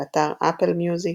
באתר אפל מיוזיק